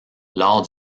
lors